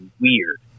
weird